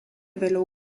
vėliau